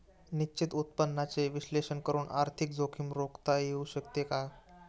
निश्चित उत्पन्नाचे विश्लेषण करून आर्थिक जोखीम रोखता येऊ शकते का?